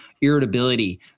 irritability